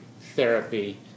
therapy